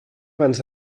abans